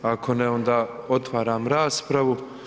Ako ne onda otvaram u raspravu.